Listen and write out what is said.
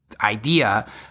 idea